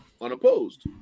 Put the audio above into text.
unopposed